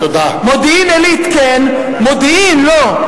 מודיעין-עילית כן, מודיעין לא.